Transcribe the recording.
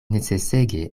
necesege